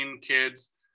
kids